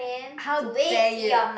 how dare you